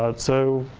ah so,